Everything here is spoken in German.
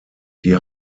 die